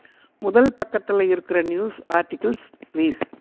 முதல் பக்கத்தில் இருக்கிற நியூஸ் ஆர்டிகல்ஸ் பிளீஸ்